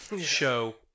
show